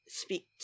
speak